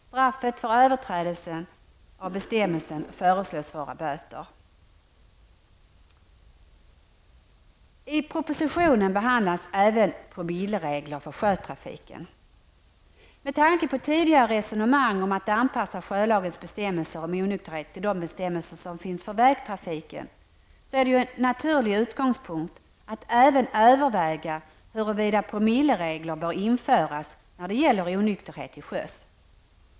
Straffet för överträdelse av bestämmelsen föreslås vara böter. I propositionen behandlas även promilleregler för sjötrafiken. Med tanke på tidigare resonemang om att anpassa sjölagens bestämmelser om onykterhet till de bestämmelser som finns för vägtrafiken är det en naturlig utgångspunkt att även överväga huruvida promillereglerna bör införas när det gäller onykterhet till sjöss.